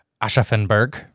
Aschaffenburg